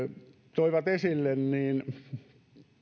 toivat esille